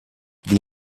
die